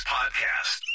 Podcast